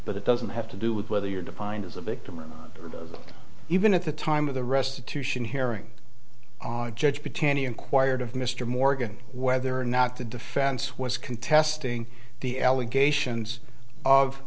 but it doesn't have to do with whether you're defining as a victim or even at the time of the restitution hearing judge between any inquired of mr morgan whether or not the defense was contesting the allegations of